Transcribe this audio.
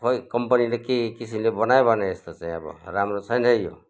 खोइ कम्पनीले के किसिमले बनायो बनायो यस्तो चाहिँ अब राम्रो छैन है यो